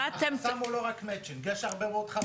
החסם הוא לא רק המצ'ינג, יש הרבה מאוד.